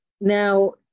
Now